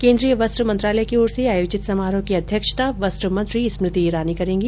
केन्द्रीय वस्त्र मंत्रालय की ओर से आयोजित समारोह की अध्यक्षता वस्त्र मंत्री स्मृति ईरानी करेंगी